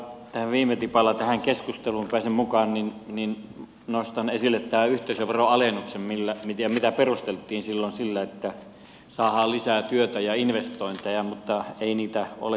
kun viime tipalla tähän keskusteluun pääsin mukaan niin nostan esille tämän yhteisöveron alennuksen mitä perusteltiin silloin sillä että saadaan lisää työtä ja investointeja mutta ei niitä ole kyllä näkynyt